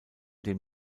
dem